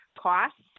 costs